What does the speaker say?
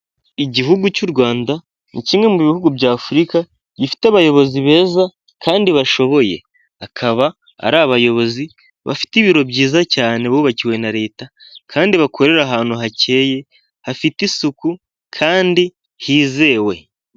Igihugu cy'u Rwanda ni kimwe mu bihugu bya Afurika gifite abayobozi beza kandi bashoboye, akaba ari abayobozi bafite ibiro byiza cyane bubakiwe na leta kandi bakorera ahantu hakeye hafite isuku kandi hizewe.